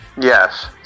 Yes